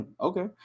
okay